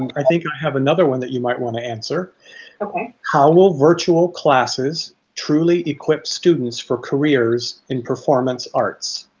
and i think you have another one that you might want to answer how how will virtual classes truly equip students for careers in performance arts?